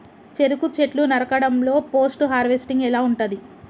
చెరుకు చెట్లు నరకడం లో పోస్ట్ హార్వెస్టింగ్ ఎలా ఉంటది?